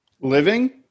living